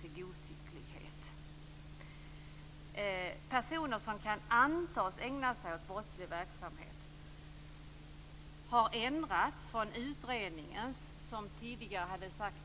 Formuleringen "personer som kan antas ägna sig åt brottslig verksamhet" har ändrats från utredningens som tidigare hade sagt